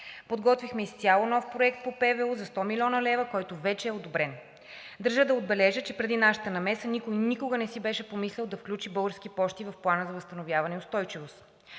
и устойчивост за 100 млн. лв., който вече е одобрен. Държа да отбележа, че преди нашата намеса никой никога не си беше помислял да включи „Български пощи“ ЕАД в Плана за възстановяване и устойчивост.